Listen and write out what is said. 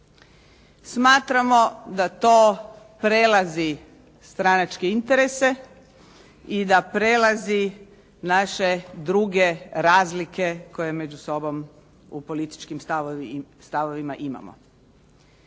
Smatramo da to prelazi stranačke interese i da prelazi naše druge razlike koje među sobom u političkim stavovima imamo.